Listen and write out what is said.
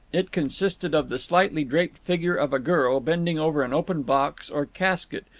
it consisted of the slightly draped figure of a girl, bending over an open box, or casket,